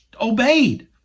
obeyed